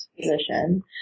position